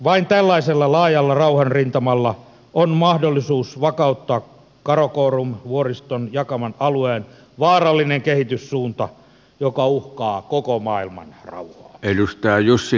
vain tällaisella laajalla rauhanrintamalla on mahdollisuus vakauttaa karakorum vuoriston jakaman alueen vaarallinen kehityssuunta joka uhkaa koko maailman rauhaa